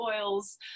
oils